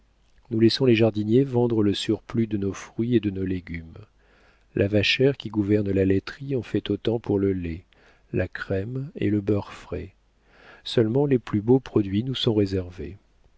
nous laissons les jardiniers vendre le surplus de nos fruits et de nos légumes la vachère qui gouverne la laiterie en fait autant pour le lait la crème et le beurre frais seulement les plus beaux produits nous sont réservés